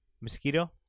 Mosquito